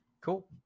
Cool